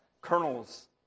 kernels